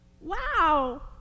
Wow